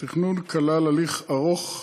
התכנון כלל הליך ארוך,